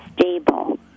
stable